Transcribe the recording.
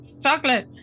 Chocolate